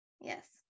yes